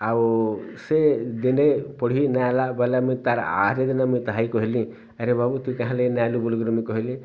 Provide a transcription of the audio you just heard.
ଆଉ ସେ ଦିନେ ପଢ଼ି ନାଇଁ ଆଏଲା ବୋଲେ ମୁଇଁ ତାର୍ ଆରେ ଦିନେ ମୁଇଁ ତାହାକେ କହେଲି ଆରେ ବାବୁ ତୁଇ କାଏଁହେଲା ନାଇଁ ଆଏଲୁ ବୋଲିକରି ମୁଇଁ କହେଲି